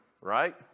right